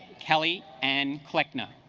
kelly and kleckner